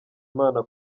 imana